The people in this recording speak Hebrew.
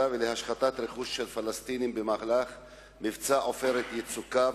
ולהשחתת רכוש של פלסטינים במהלך מבצע "עופרת יצוקה",